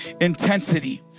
intensity